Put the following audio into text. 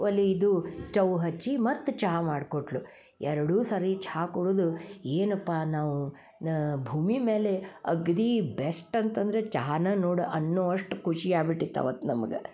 ಒಲೀದು stove ಹಚ್ಚಿ ಮತ್ತೆ ಚಹಾ ಮಾಡ್ಕೊಟ್ಳು ಎರಡು ಸರಿ ಛಾ ಕುಡಿದು ಏನಪ್ಪಾ ನಾವು ನ ಭೂಮಿ ಮೇಲೆ ಅಗ್ದೀ ಬೆಸ್ಟ್ ಅಂತಂದ್ರೆ ಚಹಾನ ನೋಡು ಅನ್ನೋವಷ್ಟು ಖುಷಿಯಾಗ್ಬಿಟ್ಟಿತ್ತು ಅವತ್ತು ನಮ್ಗೆ